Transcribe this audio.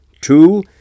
Two